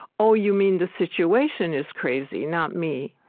oh, you mean the situation is crazy, not me?